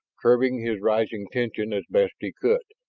curbing his rising tension as best he could.